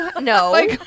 no